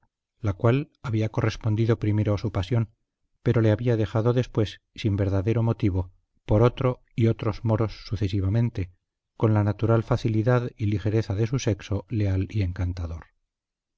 la cual había correspondido primero a su pasión pero le había dejado después sin verdadero motivo por otro y otros moros sucesivamente con la natural facilidad y ligereza de su sexo leal y encantador